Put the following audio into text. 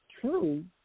true